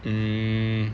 mm